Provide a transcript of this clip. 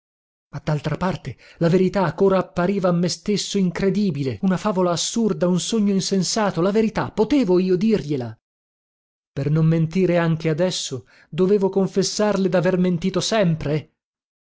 ma daltra parte la verità chora appariva a me stesso incredibile una favola assurda un sogno insensato la verità potevo io dirgliela per non mentire anche adesso dovevo confessarle daver mentito sempre